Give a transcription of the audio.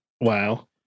Wow